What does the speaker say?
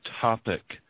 topic